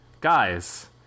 Guys